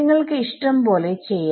നിങ്ങൾക്ക് ഇഷ്ടം പോലെ ചെയ്യാം